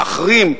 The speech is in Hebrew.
להחרים,